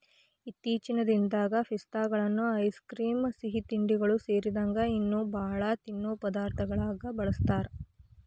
ಇತ್ತೇಚಿನ ದಿನದಾಗ ಪಿಸ್ತಾಗಳನ್ನ ಐಸ್ ಕ್ರೇಮ್, ಸಿಹಿತಿಂಡಿಗಳು ಸೇರಿದಂಗ ಇನ್ನೂ ಬಾಳ ತಿನ್ನೋ ಪದಾರ್ಥದಾಗ ಬಳಸ್ತಾರ